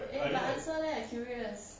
eh but answer leh I curious